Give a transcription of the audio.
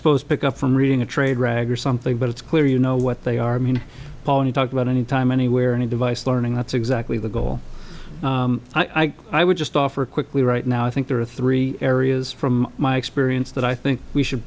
suppose pick up from reading a trade rag or something but it's clear you know what they are mean paul when you talk about anytime anywhere any device learning that's exactly the goal i guess i would just offer quickly right now i think there are three areas from my experience that i think we should